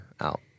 out